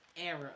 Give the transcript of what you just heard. era